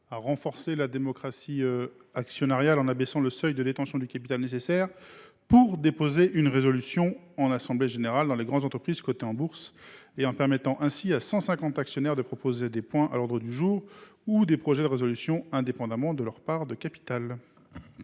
à favoriser la démocratie actionnariale en abaissant le seuil de détention de capital nécessaire au dépôt d’une résolution en assemblée générale, dans les grandes entreprises cotées en bourse, et en permettant à 150 actionnaires d’inscrire à l’ordre du jour des points ou des projets de résolution, indépendamment de leur part de capital.